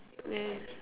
man